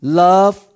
love